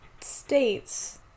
States